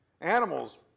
Animals